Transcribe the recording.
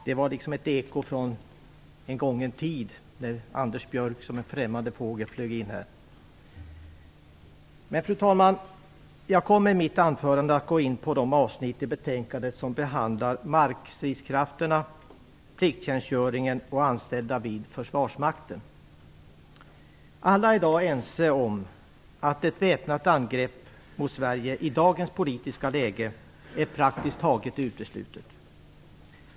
Det var ett eko från en gången tid när Anders Björck som en främmande fågel flög in här. Fru talman! I mitt anförande kommer jag att gå in på de avsnitt i betänkandet som behandlar markstridskrafterna, plikttjänstgöringen och anställda vid Försvarsmakten. Alla är i dag ense om att ett väpnat angrepp mot Sverige i dagens politiska läge är praktiskt taget uteslutet.